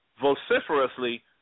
vociferously